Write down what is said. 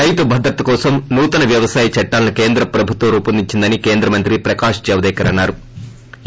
రైతు భద్రత కోసం కనూతన వ్వవసాయ చట్లాలను కేంద్ర ప్రభుత్వం రూపొందించిందని కేంద్ర మంత్రి ప్రకాశ్ జవదేకర్ అన్నా రు